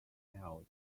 held